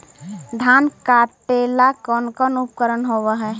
धान काटेला कौन कौन उपकरण होव हइ?